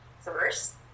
first